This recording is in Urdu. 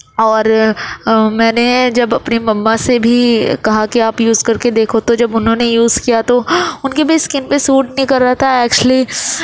اور میں نے جب اپنی مما سے بھی کہا کہ آپ یوز کر کے دیکھو تو جب انہوں نے یوز کیا تو ان کی بھی اسکن پہ سوٹ نہیں کر رہا تھا ایکچولی